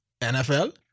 NFL